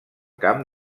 camp